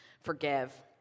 forgive